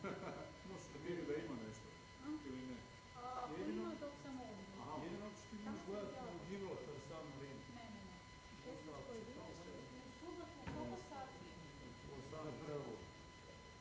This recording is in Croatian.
možete vidjeti da ono što